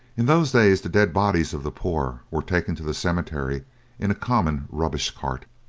in those days the dead bodies of the poor were taken to the cemetery in a common rubbish-cart.